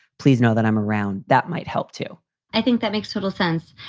please know that i'm around. that might help, too i think that makes total sense.